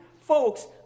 Folks